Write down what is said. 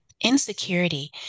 Insecurity